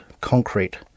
concrete